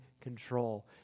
control